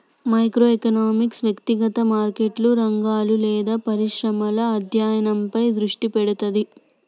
micro economics వ్యక్తిగత మార్కెట్లు, రంగాలు లేదా పరిశ్రమల అధ్యయనంపై దృష్టి పెడతది